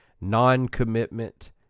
non-commitment